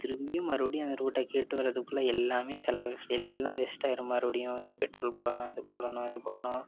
திரும்பியும் மறுபடியும் அந்த ரூட்டை கேட்டு வர்றதுக்குள்ளே எல்லாமே செலவு எல்லாம் வேஸ்ட்டாயிரும் மறுபடியும் இந்த பெட்ரோல் போடணும் அது போடணும் இது போடணும்